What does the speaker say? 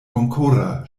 bonkora